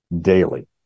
daily